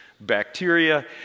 Bacteria